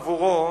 עבורו,